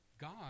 God